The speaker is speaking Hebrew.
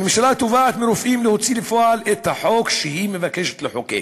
הממשלה תובעת מרופאים להוציא לפועל את החוק שהיא מבקשת לחוקק,